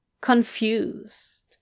confused